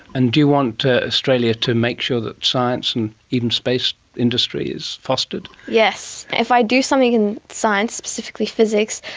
and do you want australia to make sure that science and even space industry is fostered? yes. if i do something in science, specifically physics,